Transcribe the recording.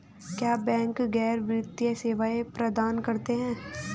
क्या बैंक गैर वित्तीय सेवाएं प्रदान करते हैं?